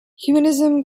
humanism